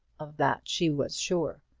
of that she was sure.